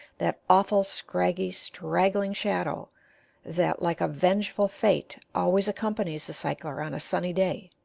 that awful scraggy, straggling shadow that, like a vengeful fate, always accompanies the cycler on a sunny day,